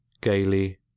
gaily